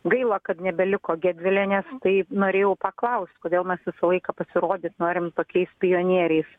gaila kad nebeliko gedvilienės taip norėjau paklaust kodėl mes visą laiką pasirodyt norim tokiais pionieriais